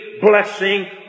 blessing